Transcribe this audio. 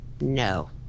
no